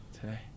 today